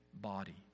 body